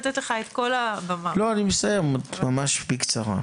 ממש בקצרה.